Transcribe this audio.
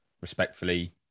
respectfully